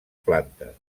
plantes